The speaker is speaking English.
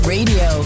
Radio